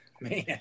Man